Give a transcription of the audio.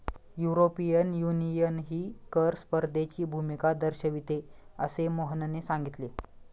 European युनियनही कर स्पर्धेची भूमिका दर्शविते, असे मोहनने सांगितले